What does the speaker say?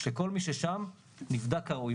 שכל מי ששם נבדק כראוי,